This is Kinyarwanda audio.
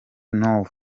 north